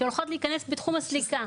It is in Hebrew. שהולכות להיכנס בתחום הסליקה,